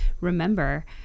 remember